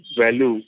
value